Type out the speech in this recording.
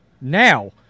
now